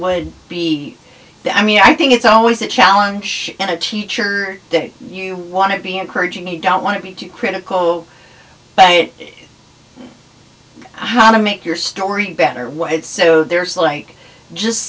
would be i mean i think it's always a challenge and a cheat sure that you want to be encouraging you don't want to be too critical but how to make your story better why it's so there's like just